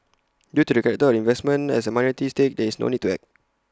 due to the character of the investment as A minority stake there is no need to act